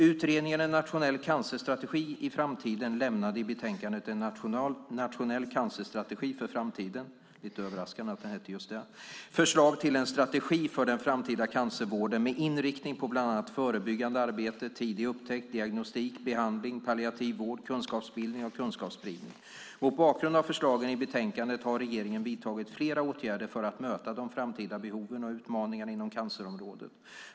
Utredningen En nationell cancerstrategi lämnade i betänkandet En nationell cancerstrategi för framtiden förslag till en strategi för den framtida cancervården med inriktning på bland annat förebyggande arbete, tidig upptäckt, diagnostik, behandling, palliativ vård, kunskapsbildning och kunskapsspridning. Mot bakgrund av förslagen i betänkandet har regeringen vidtagit flera åtgärder för att möta de framtida behoven och utmaningarna inom cancerområdet.